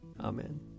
Amen